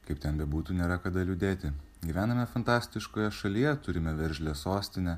kaip ten bebūtų nėra kada liūdėti gyvename fantastiškoje šalyje turime veržlią sostinę